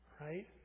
Right